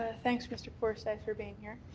ah thanks, mr. forsythe, for being here.